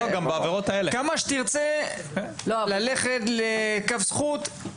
כמה שתרצה ללכת לקו זכות,